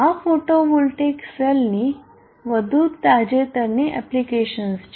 આ ફોટોવોલ્ટેઇક સેલનીવધુ તાજેતરની એપ્લિકેશન્સ છે